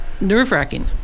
nerve-wracking